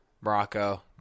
Morocco